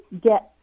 get